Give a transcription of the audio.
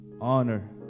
honor